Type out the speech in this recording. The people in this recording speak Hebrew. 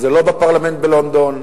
זה לא בפרלמנט בלונדון,